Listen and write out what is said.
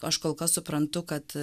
aš kol kas suprantu kad